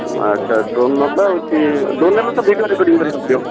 ଆଚ୍ଛା ଡ୍ରୋନ୍ ନେବା with drone ନେଲେ ତ ଭିଡ଼ିଓ ରେକଡି଼ଂ କରିବାକୁ ପଡ଼ିବ